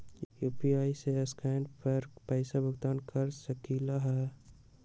UPI से scan कर पईसा भुगतान कर सकलीहल?